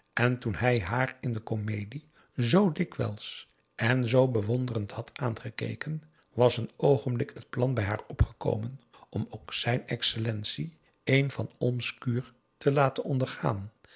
en toen hij haar in de komedie zoo dikwijls en zoo bewonderend had aangekeken was een oogenblik t plan bij haar opgekomen om ook zijn excellentie een van olmsche kuur te laten ondergaan